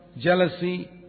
jealousy